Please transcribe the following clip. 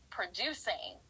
producing